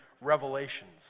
revelations